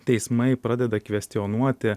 teismai pradeda kvestionuoti